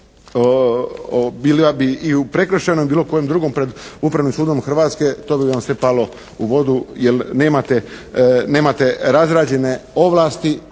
bila bi u prekršajnom ili bilo kojem drugom pred Upravnim sudom Hrvatske, to bi vam sve palo u vodu, jer nemate razrađene ovlasti